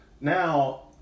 now